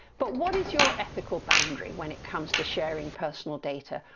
but what is your ethical boundary, when it comes to sharing personal data?